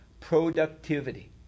productivity